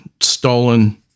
stolen